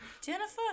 Jennifer